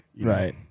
right